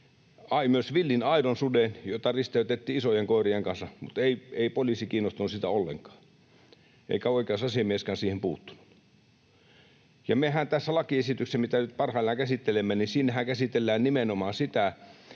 ja myös villin aidon suden, jota risteytettiin isojen koirien kanssa, mutta ei poliisi kiinnostunut siitä ollenkaan, eikä oikeusasiamieskään siihen puuttunut. Ja tässä lakiesityksessä, mitä nyt parhaillaan käsittelemme, käsitellään nimenomaan sitä,